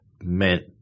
meant